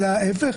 אלא ההפך.